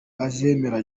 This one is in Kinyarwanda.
azemera